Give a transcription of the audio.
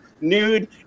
nude